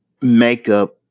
makeup